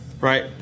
right